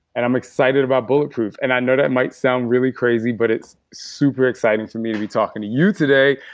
and i'm excited about bulletproof. and i know that might sound really crazy, but it's super-exciting for me to be talking to you today,